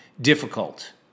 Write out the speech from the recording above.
difficult